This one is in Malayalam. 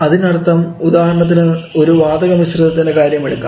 അതിനർത്ഥം ഉദാഹരണത്തിന് ഒരു വാതക മിശ്രിതത്തിനിൻറെ കാര്യമെടുക്കാം